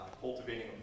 cultivating